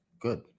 Good